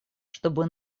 чтобы